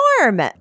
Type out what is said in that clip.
warm